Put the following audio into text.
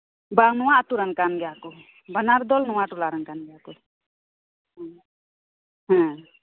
ᱵᱟᱝᱱᱚᱣᱟ ᱟᱹᱛᱩ ᱨᱮᱱ ᱠᱟᱱ ᱜᱮᱭᱟ ᱠᱚ ᱵᱟᱱᱟᱨ ᱫᱚᱞ ᱱᱚᱣᱟ ᱴᱚᱞᱟ ᱨᱮᱱ ᱠᱟᱱ ᱜᱮᱭᱟ ᱠᱚ ᱦᱮᱸ ᱦᱮᱸ